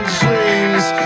dreams